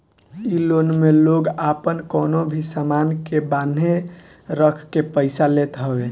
इ लोन में लोग आपन कवनो भी सामान के बान्हे रखके पईसा लेत हवे